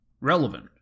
relevant